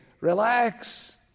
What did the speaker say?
Relax